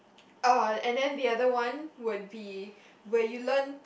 orh and then the other one would be where you learn